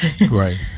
Right